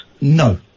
No